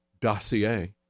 dossier